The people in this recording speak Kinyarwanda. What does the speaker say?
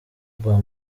rwa